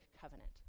covenant